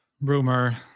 rumor